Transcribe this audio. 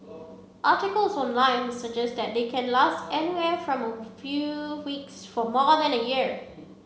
articles online suggest that they can last anywhere from a few weeks for more than a year